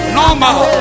normal